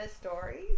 stories